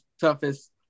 toughest